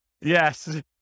Yes